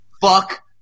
Fuck